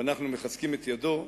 ואנחנו מחזקים את ידיו.